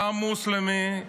גם מוסלמי,